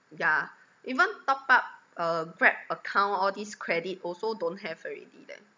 yeah even top up a grab account all these credit also don't have already leh